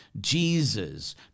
Jesus